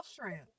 shrimp